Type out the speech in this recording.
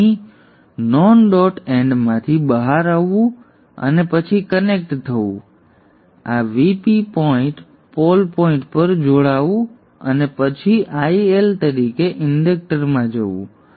અહીં non dot એન્ડમાંથી બહાર આવવું અને પછી કનેક્ટ થવું અને અહીં આ Vp પોઇન્ટ પોલ પોઇન્ટ પર જોડાવું અને પછી IL તરીકે ઇન્ડક્ટરમાં જવું